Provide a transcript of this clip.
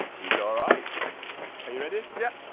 he's alright. are you ready? yep.